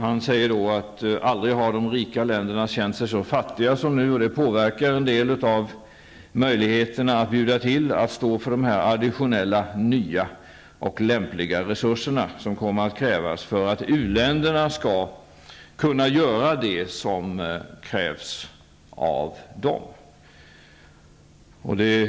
Han sade att de rika länderna aldrig har känt sig så fattiga som nu och att det påverkar möjligheterna att stå för de additionella resurser som kommer att behövas för att u-länderna skall kunna göra det som krävs av dem.